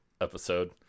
episode